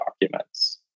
documents